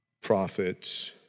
prophets